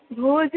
भोजनम्